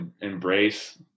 embrace